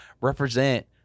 represent